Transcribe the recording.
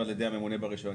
בדומה לגוף הפרטי.